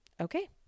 Okay